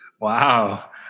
Wow